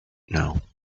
know